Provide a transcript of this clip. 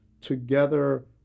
together